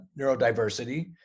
neurodiversity